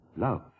love